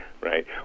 Right